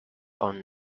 own